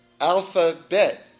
Alphabet